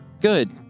good